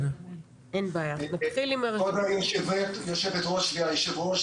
כבוד היושבת-ראש והיושב-ראש,